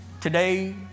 Today